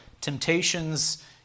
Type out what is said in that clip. temptations